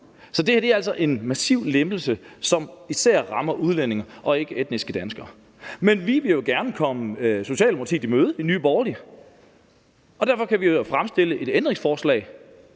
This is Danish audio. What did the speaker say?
Så det her er altså en massiv lempelse, som især rammer udlændinge og ikke etniske danskere. Men vi vil jo gerne komme Socialdemokratiet i møde i Nye Borgerlige, og derfor kan vi jo fremsætte et ændringsforslag,